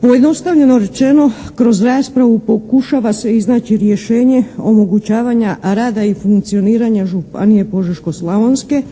Pojednostavljeno rečeno, kroz raspravu pokušava se iznaći rješenje omogućavanja rada i funkcioniranja županije Požeško-slavonske,